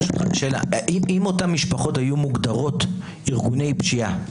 אם אותן משפחות היו מוגדרות ארגוני פשיעה,